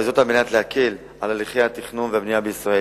וזאת על מנת להקל על הליכי התכנון והבנייה בישראל.